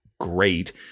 great